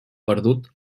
perdut